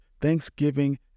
Thanksgiving